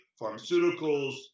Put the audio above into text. Pharmaceuticals